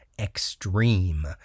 Extreme